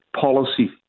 policy